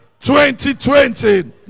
2020